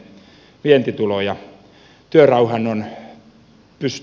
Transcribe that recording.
tarvitsemme vientituloja